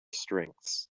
strengths